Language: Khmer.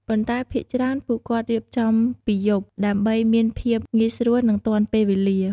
ប៉ុន្តែភាគច្រើនពួកគាត់រៀបចំពីយប់ ដើម្បីមានភាពងាយស្រួលនិងទាន់ពេលវេលា។